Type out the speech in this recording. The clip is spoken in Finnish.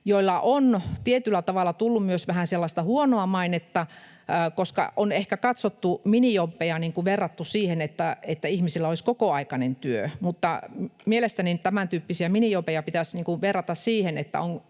joille on tietyllä tavalla tullut myös vähän sellaista huonoa mainetta, koska minijobeja on ehkä verrattu siihen, että ihmisillä olisi kokoaikainen työ, mutta mielestäni tämäntyyppisiä minijobeja pitäisi verrata siihen,